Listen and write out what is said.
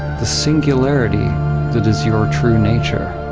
the singularity that is your true nature.